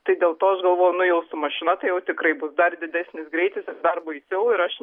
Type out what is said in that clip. tai dėl to aš galvojau nu jau su mašina tai jau tikrai bus dar didesnis greitis ir dar baisiau ir aš